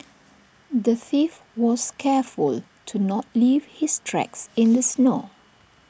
the thief was careful to not leave his tracks in the snow